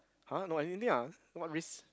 !huh! no any anything ah what risks